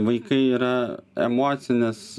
vaikai yra emocinis